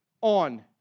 on